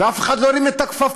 ואף אחד לא הרים את הכפפה.